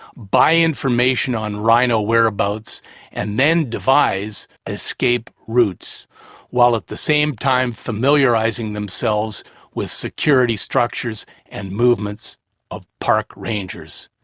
buy information on rhino whereabouts and then devise two escape routes while at the same time familiarizing themselves with security structures and movements of park rangers.